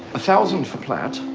a thousand for platt.